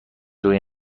روی